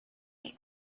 qui